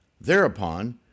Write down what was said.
Thereupon